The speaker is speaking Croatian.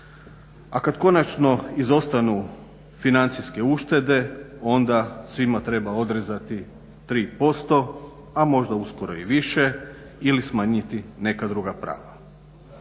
A kad konačno izostanu financijske uštede onda svima treba odrezati 3%, a možda uskoro i više, ili smanjiti neka druga prava.